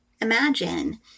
Imagine